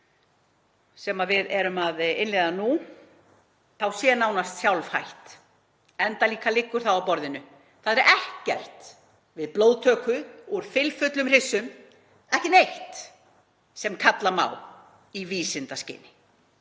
sem við erum að innleiða nú sé nánast sjálfhætt, enda liggur það líka á borðinu. Það er ekkert við blóðtöku úr fylfullum hryssum, ekki neitt, sem kalla má í vísindaskyni.